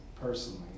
personally